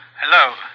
Hello